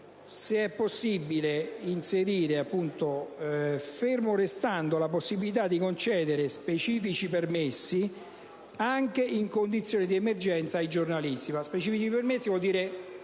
seguente frase: «ferma restando la possibilità di concedere specifici permessi, anche in condizioni di emergenza, ai giornalisti»,